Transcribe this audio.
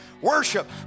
worship